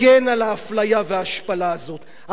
הגן על האפליה וההשפלה הזאת,